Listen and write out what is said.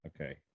okay